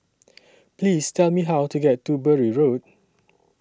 Please Tell Me How to get to Bury Road